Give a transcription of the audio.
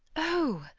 oh!